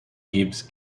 gibbs